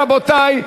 רבותי,